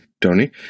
Tony